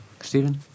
Stephen